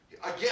Again